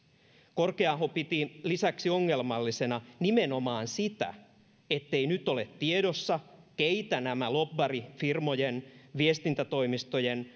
korkea aho piti lisäksi ongelmallisena nimenomaan sitä ettei nyt ole tiedossa keitä nämä lobbarifirmojen viestintätoimistojen